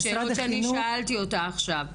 השאלות שאני שאלתי אותה עכשיו,